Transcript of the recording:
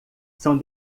são